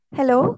Hello